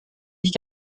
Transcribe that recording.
ich